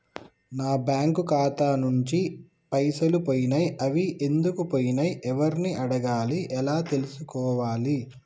నా బ్యాంకు ఖాతా నుంచి పైసలు పోయినయ్ అవి ఎందుకు పోయినయ్ ఎవరిని అడగాలి ఎలా తెలుసుకోవాలి?